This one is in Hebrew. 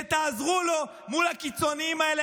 שתעזרו לו מול הקיצוניים האלה,